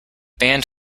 band